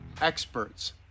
experts